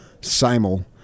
simul